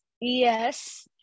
Yes